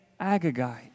Agagite